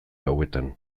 gauetan